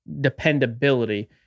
dependability